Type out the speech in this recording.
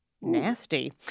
Nasty